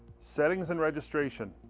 settings and registration.